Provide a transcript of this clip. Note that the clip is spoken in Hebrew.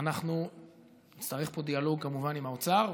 אנחנו נצטרך פה דיאלוג כמובן עם האוצר,